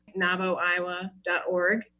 NavoIowa.org